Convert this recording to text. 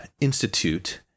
Institute